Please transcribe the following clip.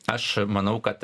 aš manau kad